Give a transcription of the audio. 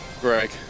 Greg